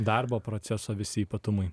darbo proceso visi ypatumai